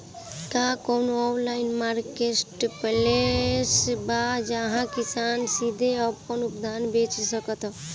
का कोनो online marketplace बा जहां किसान सीधे अपन उत्पाद बेच सकता?